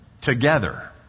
together